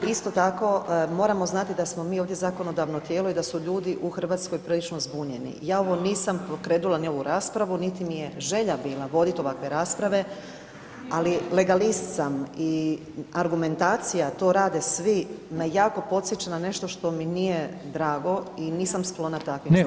Isto tako moramo znati da smo mi ovdje zakonodavno tijelo i da su ljudi u Hrvatskoj prilično zbunjeni, ja ovo nisam pokrenula ni ovu raspravu niti mi je želja bila voditi ovakve rasprave, ali legalist sam i argumentacija to rade svi me jako podsjeća na nešto što mi nije drago i nisam sklona takvim stvarima.